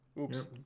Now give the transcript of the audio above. Oops